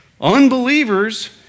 Unbelievers